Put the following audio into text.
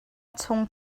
chung